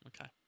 okay